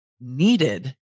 needed